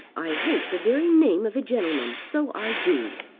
i hate the very name of a gentleman so i do.